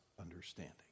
understanding